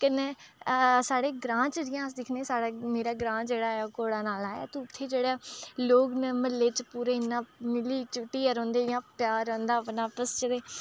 कन्नै साढ़े ग्रांऽ च जियां अस दिक्खने साढ़ा मेरा ग्रांऽ जेह्ड़ा ऐ कोड़ा नाला ऐ ते उत्थें जेह्ड़ा लोग न म्हल्ले च पूरे मिली चुट्टियै रौंह्दे इ'यां प्यार रैंह्दा अपना आपस च ते